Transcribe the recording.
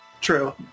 true